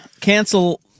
cancel